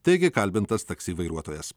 teigė kalbintas taksi vairuotojas